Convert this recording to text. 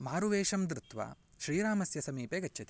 मारु वेषं धृत्वा श्रीरामस्य समीपे गच्छति